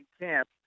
camp